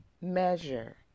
measure